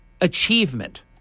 achievement